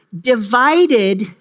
divided